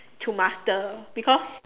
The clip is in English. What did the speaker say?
to master because